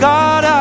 God